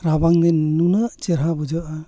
ᱨᱟᱵᱟᱝ ᱫᱤᱱ ᱱᱩᱱᱟᱹᱜ ᱪᱮᱦᱨᱟ ᱵᱩᱡᱷᱟᱹᱜᱼᱟ